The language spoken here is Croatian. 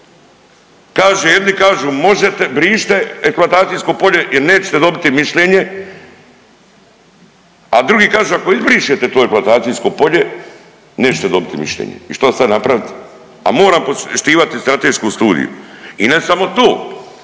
kaže, jedni kažu možete, brišite eksploatacijsko polje jer nećete dobit mišljenje, a drugi kažu ako izbrišete to eksploatacijsko polje nećete dobit mišljenje i što sad napravit, a moram poštivati stratešku studiju? I ne samo to,